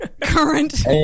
Current